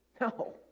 No